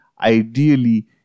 Ideally